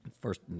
first